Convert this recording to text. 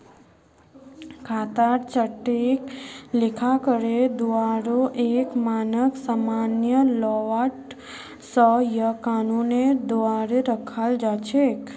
खातार चार्टक लेखाकारेर द्वाअरे एक मानक सामान्य लेआउट स या कानूनेर द्वारे रखाल जा छेक